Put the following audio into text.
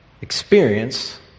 Experience